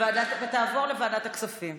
תעבור לוועדת הכספים.